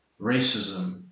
racism